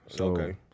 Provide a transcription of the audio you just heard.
okay